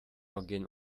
orgien